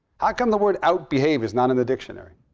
how come the word outbehave is not in the dictionary?